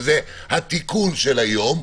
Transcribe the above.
שזה התיקון של היום.